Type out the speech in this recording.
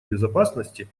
безопасности